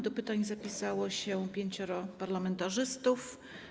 Do pytań zapisało się pięcioro parlamentarzystów.